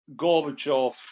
Gorbachev